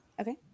Okay